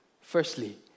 Firstly